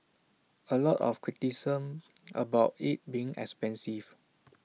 A lot of criticism about IT being expensive